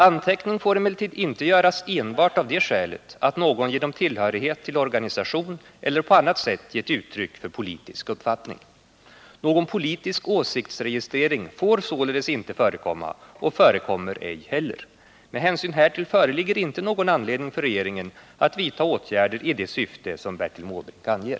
Anteckning får emellertid inte göras enbart av det skälet att någon genom tillhörighet till organisation eller på annat sätt gett uttryck för politisk uppfattning. Någon politisk åsiktsregistrering får således inte förekomma och förekommer ej heller. Med hänsyn härtill föreligger inte någon anledning för regeringen att vidta åtgärder i det syfte som Bertil Måbrink anger